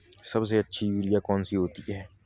सबसे अच्छी यूरिया कौन सी होती है?